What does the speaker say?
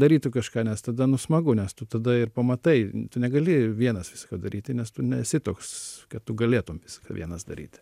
darytų kažką nes tada nu smagu nes tu tada ir pamatai negali vienas visko daryti nes tu nesi toks kad tu galėtum vienas daryti